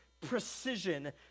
precision